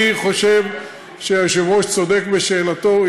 אני חושב שהיושב-ראש צודק בשאלתו.